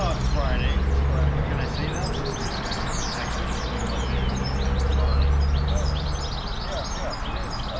ah it's friday friday can i say that so we don't want to actually could be monday or tuesday? we're lying who knows we recorded yeah yeah, it is.